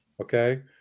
Okay